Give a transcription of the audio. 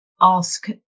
ask